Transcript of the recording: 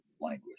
language